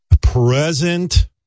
present